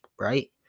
right